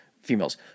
Females